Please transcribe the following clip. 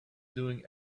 doing